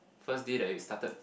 first day that it started